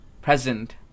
present